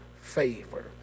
favor